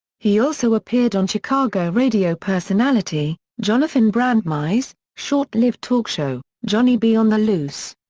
he also appeared on chicago radio personality, jonathon brandmeir's, short lived talk show, johnny b. on the loose.